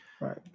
right